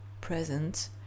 present